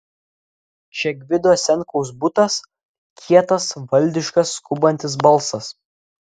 čia gvido senkaus butas kietas valdiškas skubantis balsas